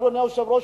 אדוני היושב-ראש,